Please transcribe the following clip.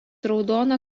raudona